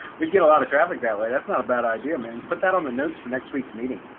we get a lot of traffic that way. that's not a bad idea, man. put that on the notes for next week's meeting.